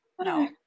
No